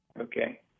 okay